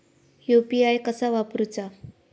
UPI कसा वापरूचा?